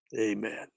Amen